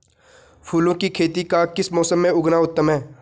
फूलों की खेती का किस मौसम में उगना उत्तम है?